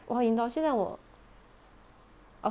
哇你懂现在我